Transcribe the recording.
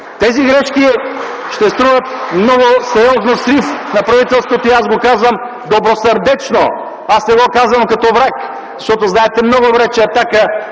Тези грешки ще струват много сериозен срив на правителството. И аз го казвам добросърдечно. Не го казвам като враг, защото се знае много добре, че „Атака”